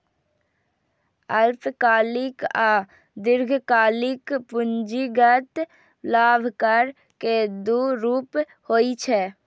अल्पकालिक आ दीर्घकालिक पूंजीगत लाभ कर के दू रूप होइ छै